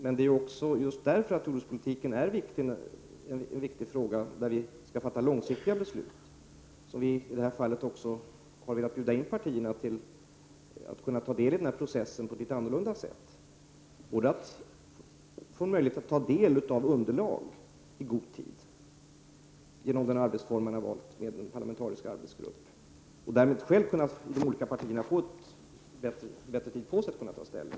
Men det är också just därför att jordbrukspolitiken är en viktig fråga, där vi skall fatta långsiktiga beslut, som vi i det här fallet har velat bjuda in partierna till att ta del av den här processen på ett litet annorlunda sätt. Man skall få möjlighet att ta del av underlag i god tid genom den arbetsform vi har valt, en parlamentarisk arbetsgrupp. Därmed kan de olika partierna få bättre tid på sig att ta ställning.